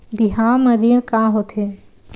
बिहाव म ऋण का होथे?